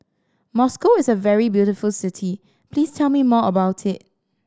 Moscow is a very beautiful city please tell me more about it